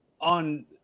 on